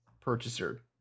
purchaser